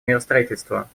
миростроительства